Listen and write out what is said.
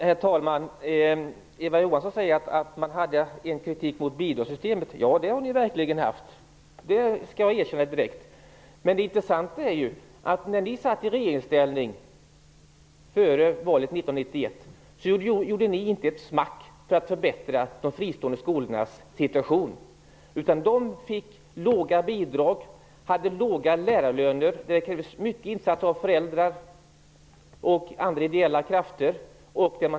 Herr talman! Eva Johansson säger att man hade kritik mot bidragssystemet. Ja, jag skall direkt erkänna att ni verkligen har haft det. Men det intressanta är att ni när ni satt i regeringsställning före 1991 års val inte gjorde ett smack för att förbättra de fristående skolornas situation. De fick låga bidrag, hade låga lärarlöner och stöddes genom stora insatser från föräldrar och andra ideella krafter.